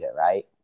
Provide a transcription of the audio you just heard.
right